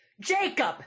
Jacob